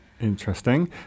Interesting